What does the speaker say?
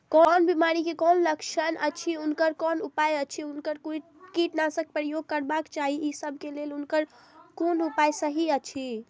कोन बिमारी के कोन लक्षण अछि उनकर कोन उपाय अछि उनकर कोन कीटनाशक प्रयोग करबाक चाही ई सब के लेल उनकर कोन उपाय सहि अछि?